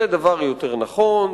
זה דבר יותר נכון,